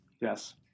Yes